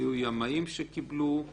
היו ימאים שקיבלו.